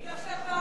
ומי יושב באוהלים?